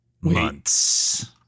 months